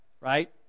Right